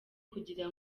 kugira